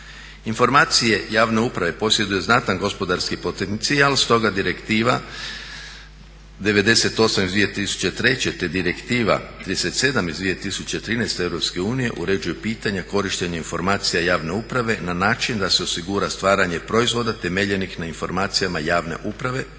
Informacije javne uprave posjeduje znatan gospodarski potencijal, stoga Direktiva 98/2003, te Direktiva 37/2013 EU uređuje pitanja korištenja informacija javne uprave na način da se osigura stvaranje proizvoda temeljenih na informacijama javne uprave